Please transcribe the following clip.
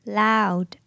loud